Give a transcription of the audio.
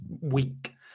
week